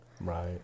Right